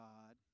God